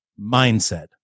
Mindset